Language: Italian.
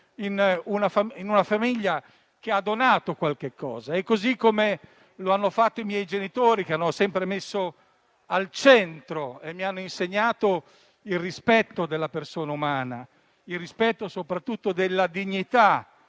in una famiglia che ha donato qualcosa, come hanno fatto i miei genitori che hanno sempre messo al centro e mi hanno insegnato il rispetto della persona, soprattutto il rispetto della dignità